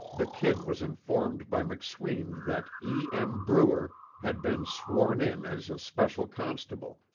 the kid was informed by mcsween that e. m. bruer had been sworn in as a special constable,